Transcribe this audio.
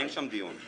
אין שם דיון,